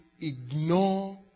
ignore